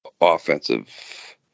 offensive